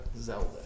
Zelda